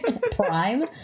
prime